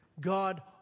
God